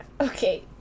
okay